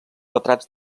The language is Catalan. retrats